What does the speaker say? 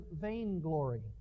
vainglory